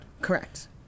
Correct